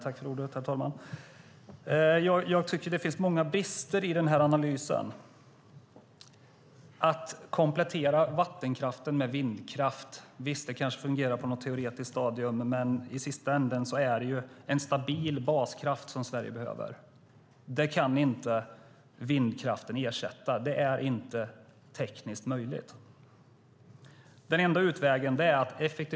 Herr talman! Jag tycker att det finns många brister i analysen. Att komplettera vattenkraften med vindkraft, visst, det kanske fungerar på något teoretiskt stadium, men i sista änden är det en stabil baskraft som Sverige behöver. Det behovet kan inte vindkraften täcka. Det är inte tekniskt möjligt.